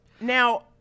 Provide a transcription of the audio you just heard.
Now